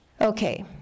Okay